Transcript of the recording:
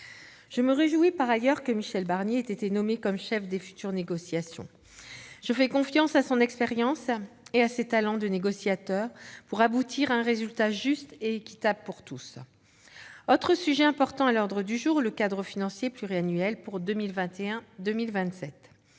Je me réjouis par ailleurs que Michel Barnier ait été nommé chef des futures négociations. Je fais confiance à son expérience et à ses talents de négociateur pour aboutir à un résultat juste et équitable. Le cadre financier pluriannuel pour 2021-2027